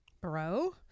Bro